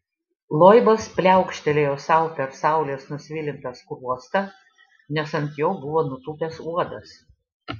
loibas pliaukštelėjo sau per saulės nusvilintą skruostą nes ant jo buvo nutūpęs uodas